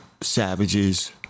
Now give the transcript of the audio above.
savages